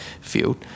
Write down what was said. field